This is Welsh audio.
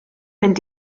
mynd